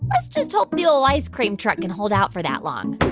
let's just hope the ol' ice-cream truck can hold out for that long